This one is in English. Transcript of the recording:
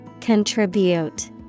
Contribute